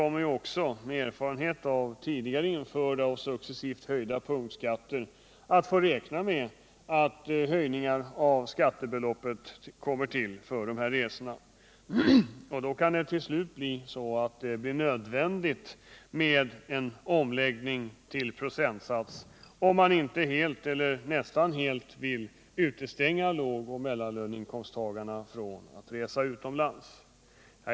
Med erfarenhet av tidigare införda och successivt höjda punktskatter kommer vi i framtiden också att få räkna med höjningar av skatten för dessa resor. Till slut kan det då bli nödvändigt med en omläggning till en procentsats, om man inte helt eller nästan helt vill utestänga lågoch mellanlöneinkomsttagarna från att resa utomlands.